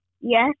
Yes